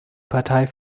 partei